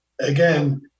again